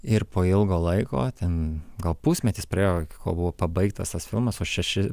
ir po ilgo laiko ten gal pusmetis praėjo kol buvo pabaigtas tas filmas o šeši